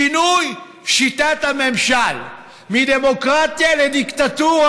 שינוי שיטת הממשל מדמוקרטיה לדיקטטורה.